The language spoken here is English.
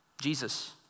Jesus